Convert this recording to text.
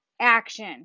action